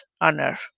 honor